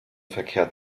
verkehrt